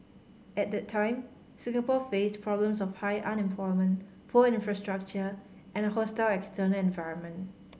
at that time Singapore faced problems of high unemployment poor infrastructure and a hostile external environment